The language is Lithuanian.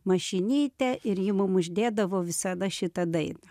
mašinyte ir ji mum uždėdavo visada šitą dainą